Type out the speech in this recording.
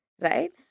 right